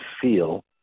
feel